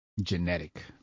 genetic